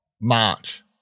march